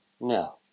No